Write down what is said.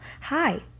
Hi